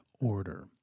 order